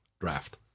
draft